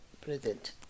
present